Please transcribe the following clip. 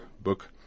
book